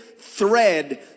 thread